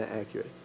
accurate